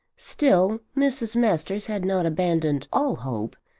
still mrs. masters had not abandoned all hope.